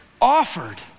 offered